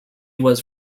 was